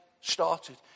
started